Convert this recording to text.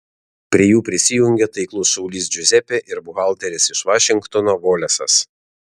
prie jų prisijungia taiklus šaulys džiuzepė ir buhalteris iš vašingtono volesas